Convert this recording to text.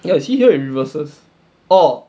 you see here it reverses orh